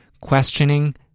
questioning